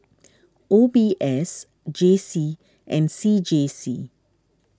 O B S J C and C J C